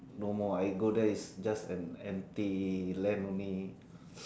no more I go there it's just an empty land only